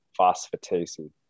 phosphatase